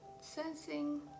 sensing